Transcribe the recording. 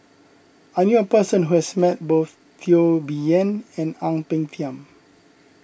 I knew a person who has met both Teo Bee Yen and Ang Peng Tiam